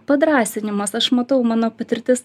padrąsinimas aš matau mano patirtis